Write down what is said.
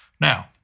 Now